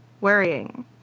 worrying